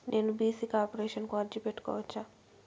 నేను BC corporation కు అర్జీ పెట్టుకోవచ్చా?